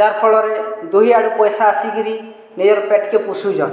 ଯାହା ଫଳରେ ଦୁଇ ଆଡୁ ପଏସା ଆସିକିରି ନିଜର୍ ପେଟ୍କେ ପୁଶୁଛନ୍